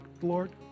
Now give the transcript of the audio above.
Lord